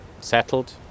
settled